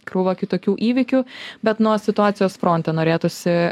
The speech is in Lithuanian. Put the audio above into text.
krūva kitokių įvykių bet nuo situacijos fronte norėtųsi